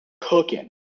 cooking